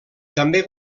també